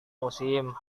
musim